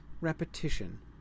repetition